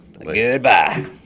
Goodbye